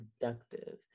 productive